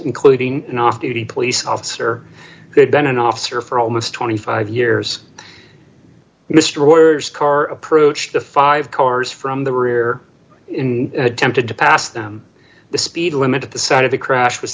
including an off duty police officer who had been an officer for almost twenty five years mister ward's car approach to five cars from the rear and attempted to pass them the speed limit at the site of the crash was